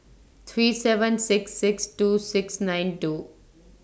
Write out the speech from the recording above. three seven six six two six nine two